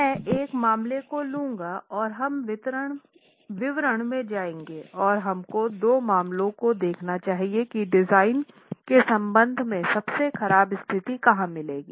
मैं एक मामले को लूँगाऔर हम विवरण में जाएंगे और हमको दोनों मामलों को देखना चाहिए कि डिज़ाइन के संबंध में सबसे खराब स्थिति कहां मिलेगी